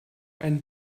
ein